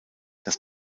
das